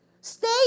Stay